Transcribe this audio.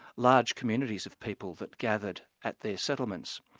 large communities of people that gathered at their settlements.